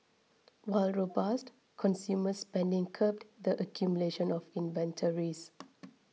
while robust consumer spending curbed the accumulation of inventories